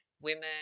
women